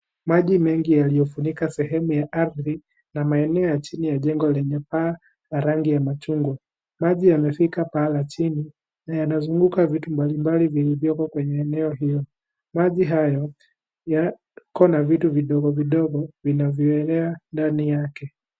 Maji mengi yaliyofunika sehemu ya ardhi, na maeneo ya chini ya jengo lenye paa la rangi ya machungwa. Maji yamefika paa la chini, na yanazunguka vitu mbalimbali vilivyoko kwenye eneo hilo. Maji hayo, yako na vitu vidogo vidogo, vinavyoelea ndani yake.